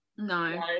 No